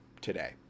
today